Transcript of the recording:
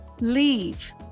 Leave